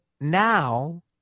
now